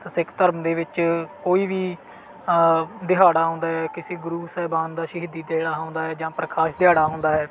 ਤਾਂ ਸਿੱਖ ਧਰਮ ਦੇ ਵਿੱਚ ਕੋਈ ਵੀ ਦਿਹਾੜਾ ਆਉਂਦਾ ਕਿਸੀ ਗੁਰੂ ਸਾਹਿਬਾਨ ਦਾ ਸ਼ਹੀਦੀ ਦਿਨ ਆਉਂਦਾ ਹੈ ਜਾਂ ਪ੍ਰਕਾਸ਼ ਦਿਹਾੜਾ ਹੁੰਦਾ ਹੈ